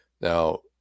now